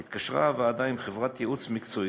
הוועדה התקשרה עם חברת ייעוץ מקצועית,